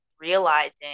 realizing